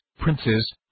princes